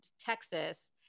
Texas